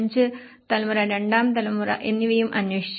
5 തലമുറ രണ്ടാം തലമുറ എന്നിവയും അന്വേഷിച്ചു